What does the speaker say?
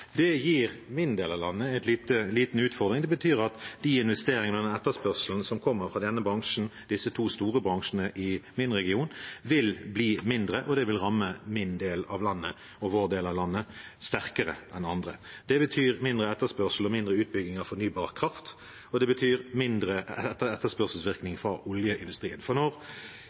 Det gir for min del av landet en liten utfordring. Det betyr at de investeringene og den etterspørselen som kommer fra denne bransjen, disse to store bransjene i min region, vil bli mindre, og det vil ramme min del, vår del, av landet sterkere enn andre. Det betyr mindre etterspørsel og mindre utbygging av fornybar kraft, og det betyr mindre etterspørselsvirkning fra oljeindustrien. Når